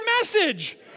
message